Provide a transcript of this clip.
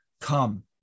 come